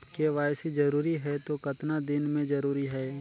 KYC जरूरी हे तो कतना दिन मे जरूरी है?